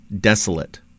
desolate